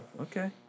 Okay